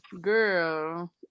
Girl